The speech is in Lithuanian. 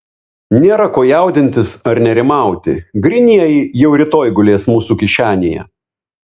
nėra ko jaudintis ar nerimauti grynieji jau rytoj gulės mūsų kišenėje